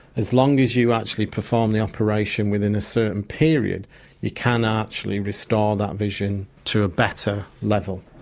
as long as you actually perform the operation within a certain period you can actually restore that vision to a better level.